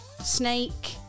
snake